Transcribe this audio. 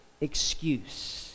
excuse